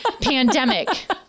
pandemic